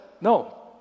no